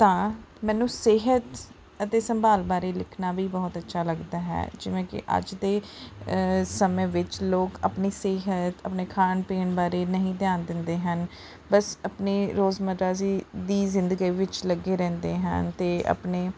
ਤਾਂ ਮੈਨੂੰ ਸਿਹਤ ਅਤੇ ਸੰਭਾਲ ਬਾਰੇ ਲਿਖਣਾ ਵੀ ਬਹੁਤ ਅੱਛਾ ਲੱਗਦਾ ਹੈ ਜਿਵੇਂ ਕਿ ਅੱਜ ਦੇ ਸਮੇਂ ਵਿੱਚ ਲੋਕ ਆਪਣੀ ਸਿਹਤ ਆਪਣੇ ਖਾਣ ਪੀਣ ਬਾਰੇ ਨਹੀਂ ਧਿਆਨ ਦਿੰਦੇ ਹਨ ਬੱਸ ਆਪਣੀ ਰੋਜ਼ ਮਟਾਜ਼ੀ ਦੀ ਜ਼ਿੰਦਗੀ ਵਿੱਚ ਲੱਗੇ ਰਹਿੰਦੇ ਹਨ ਅਤੇ ਆਪਣੇ